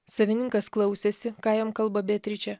savininkas klausėsi ką jam kalba beatričė